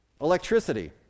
Electricity